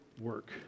work